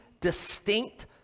distinct